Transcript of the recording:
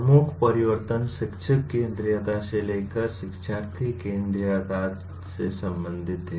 प्रमुख परिवर्तन शिक्षक केन्द्रीयता से लेकर शिक्षार्थी केन्द्रीयता से संबंधित है